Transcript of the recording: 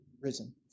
risen